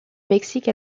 mexique